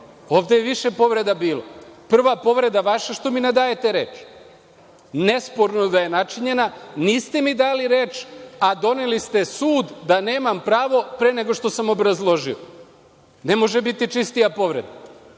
Ovde je više povreda bilo. Prva povreda vaša, što mi ne date reč. Nesporno da je načinjena. Niste mi dali reč, a doneli ste sud da nemam pravo pre nego što sam obrazložio. Ne može biti čistija povreda. Druga